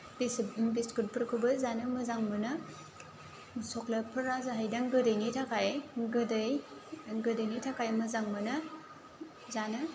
बिसिब बिस्कुटफोरखौबो जानो मोजां मोनो सक्लेटफोरा जाहैदों गोदैनि थाखाय गोदै गोदैनि थाखाय मोजां मोनो जानो